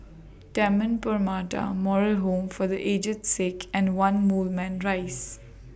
Taman Permata Moral Home For The Aged Sick and one Moulmein Rise